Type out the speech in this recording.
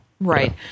Right